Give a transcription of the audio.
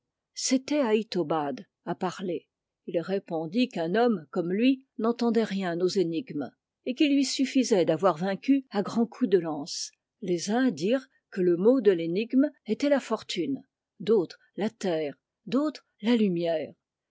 c'était à itobad à parler il répondit qu'un homme comme lui n'entendait rien aux énigmes et qu'il lui suffisait d'avoir vaincu à grands coups de lance les uns dirent que le mot de l'énigme était la fortune d'autres la terre d'autres la lumière